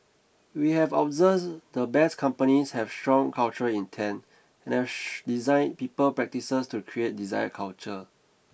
we have observed the Best Companies have strong cultural intent and designed people practices to create desired culture